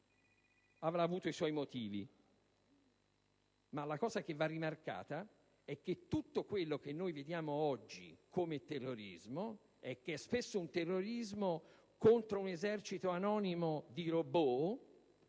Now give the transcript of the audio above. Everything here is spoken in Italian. Avrà avuto i suoi motivi, ma ciò che va rimarcato è che tutto quello che vediamo oggi come terrorismo è spesso un terrorismo contro un esercito anonimo di robot,